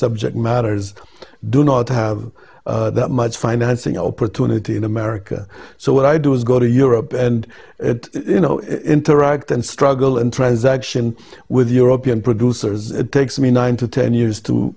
subject matters do not have that much financing opportunity in america so what i do is go to europe and you know interact and struggle and transaction with european producers it takes me nine to ten years to